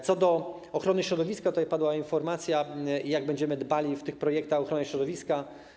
Co do ochrony środowiska to tutaj padła informacja, jak będziemy dbali w tych projektach o ochronę środowiska.